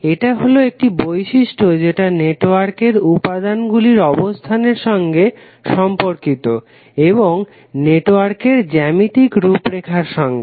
এটা হলো একটি বিশিষ্ট যেটা নেটওয়ার্ক এর উপাদান গুলির অবস্থানের সঙ্গে সম্পর্কিত এবং নেটওয়ার্ক এর জ্যামিতিক রূপরেখার সঙ্গে